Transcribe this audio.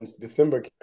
December